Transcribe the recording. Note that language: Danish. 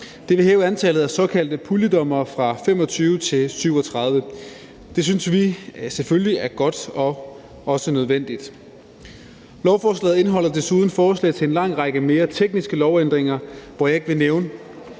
Det vil hæve antallet af såkaldte puljedommere fra 25 til 37. Det synes vi selvfølgelig er godt og også nødvendigt. Lovforslaget indeholder desuden forslag til en lang række mere tekniske lovændringer. Jeg vil ikke nævne